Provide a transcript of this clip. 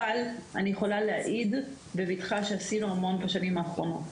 אבל אני יכולה להעיד בבטחה שעשינו המון בשנים האחרונות.